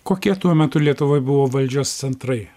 kokie tuo metu lietuvoj buvo valdžios centrai